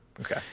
Okay